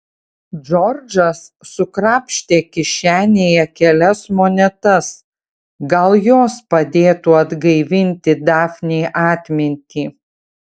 džordžas sukrapštė kišenėje kelias monetas gal jos padėtų atgaivinti dafnei atmintį